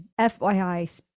fyi